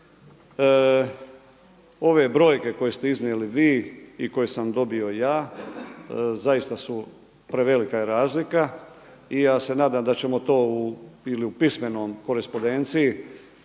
Ove brojke koje ste iznijeli vi i koje sam dobio ja, zaista su prevelika je razlika i ja se nadam da ćemo to ili u pismenoj korespondenciji